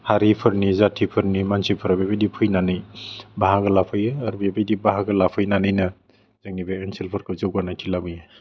हारिफोरनि जातिफोरनि मानसिफोरा बेबायदि फैनानै बाहागो लाफैयो आरो बेबायदि बाहागो लाफैनानैनो जोंनि बे ओनसोलफोरखौ जौगानायथिं लाबोयो